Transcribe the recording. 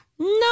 No